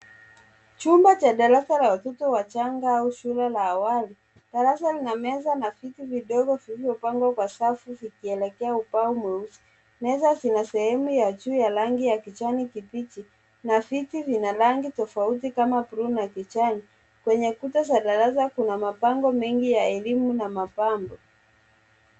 Chumba cha darasa la watoto wachanga au shule la awali, darasa lina meza na viti vidogo vilivyopangwa kwa safu vikielekea ubao mweusi. Meza zina sehemu ya juu ya rangi ya kijani kibichi, na viti vina rangi tofauti kama bluu ya kijani. Kwenye kuta za darasa za kuna mabango mengi ya elimu na mapambo.